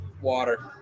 water